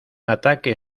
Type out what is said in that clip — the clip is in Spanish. ataque